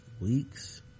weeks